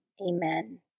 Amen